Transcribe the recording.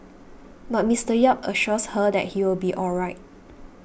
but Mister Yap assures her that he will be all right